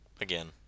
Again